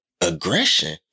aggression